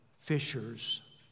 Fishers